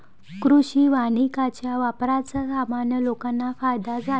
कृषी वानिकाच्या वापराचा सामान्य लोकांना फायदा झाला